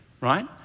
right